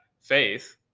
faith